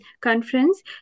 conference